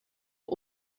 are